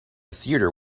theater